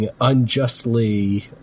unjustly